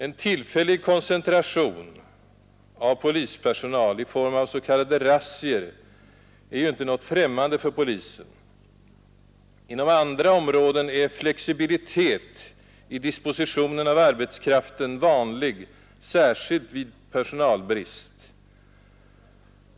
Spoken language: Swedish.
En tillfällig koncentration av polispersonal för att genomföra s.k. razzior är inte något främmande för polisen. Inom andra områden är flexibilitet i dispositionen av arbetskraften vanlig, särskilt vid personalbrist.